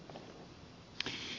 kyllä